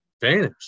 vanished